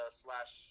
slash